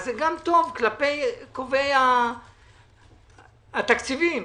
זה גם טוב כלפי קובעי התקציבים.